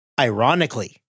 Ironically